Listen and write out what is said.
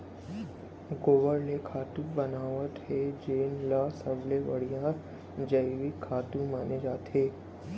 गोबर ले खातू बनावत हे जेन ल सबले बड़िहा जइविक खातू माने जाथे